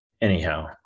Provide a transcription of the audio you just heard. anyhow